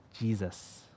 Jesus